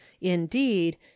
indeed